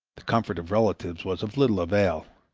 the comfort of relatives was of little avail.